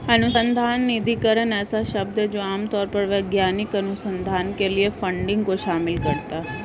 अनुसंधान निधिकरण ऐसा शब्द है जो आम तौर पर वैज्ञानिक अनुसंधान के लिए फंडिंग को शामिल करता है